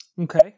Okay